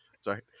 Sorry